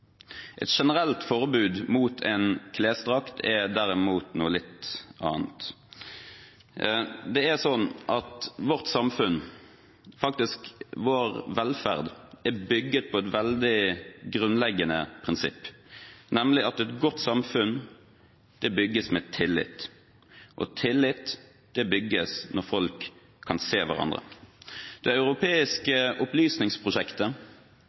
Et generelt forbud mot en klesdrakt er derimot noe litt annet. Det er sånn at vårt samfunn, faktisk vår velferd, er bygd på et veldig grunnleggende prinsipp, nemlig at et godt samfunn bygges med tillit, og tillit bygges når folk kan se hverandre. Det europeiske opplysningsprosjektet